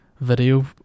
video